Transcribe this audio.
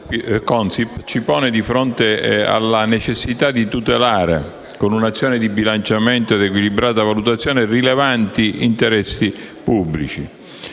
ci pone di fronte alla necessità di tutelare, con un'azione di bilanciamento ed equilibrata valutazione, rilevanti interessi pubblici.